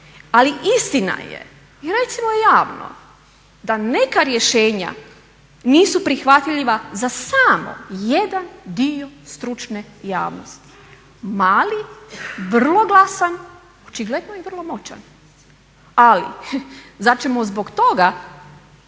Ali istina je, i recimo je javno, da neka rješenja nisu prihvatljiva za samo jedan dio stručne javnosti. Mali, vrlo glasan očigledno i vrlo moćan. Ali, zar ćemo zbog toga